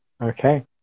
okay